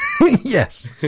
Yes